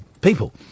people